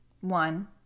one